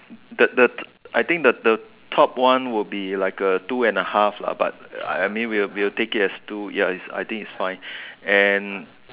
the the I think the the top one would be like a two and a half lah but I mean we will take it as two ya I think it's fine and